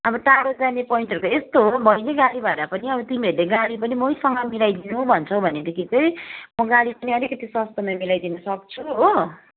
अब टाढो जाने पोइन्टहरूको यस्तो हो बहिनी गाडी भाडा पनि अब तिमीहरूले गाडी पनि मैसँग मिलाइदिनु भन्छौ भनेदिखि चाहिँ म गाडी पनि अलिकति सस्तोमा मिलाइदिनु सक्छु हो